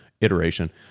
iteration